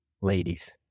ladies